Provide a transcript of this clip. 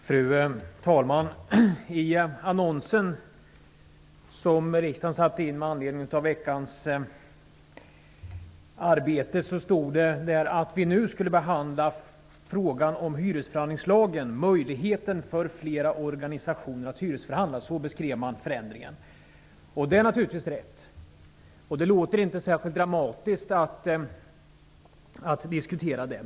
Fru talman! I den annons som riksdagen satt in med anledning av veckans arbete står det att vi nu skall behandla frågan om hyresförhandlingslagen -- om möjligheten för flera organisationer att hyresförhandla, som förändringen beskrevs. Det är naturligtvis rätt. Det låter inte särskilt dramatiskt att diskutera det.